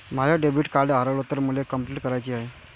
माय debit card हारवल तर मले कंपलेंट कराची हाय